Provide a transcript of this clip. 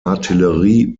artillerie